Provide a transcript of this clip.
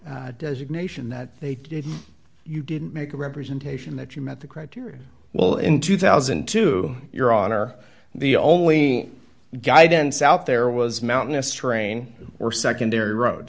designation that they didn't you didn't make a representation that you met the criteria well in two thousand and two your honor the only guidance out there was mountainous terrain or secondary roads